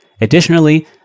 Additionally